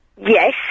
Yes